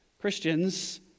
Christians